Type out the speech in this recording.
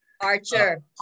Archer